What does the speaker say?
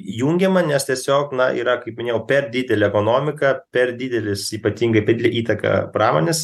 jungiama nes tiesiog na yra kaip minėjau per didelė ekonomika per didelis ypatingai per didelė įtaką pramonės